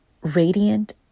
radiant